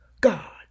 God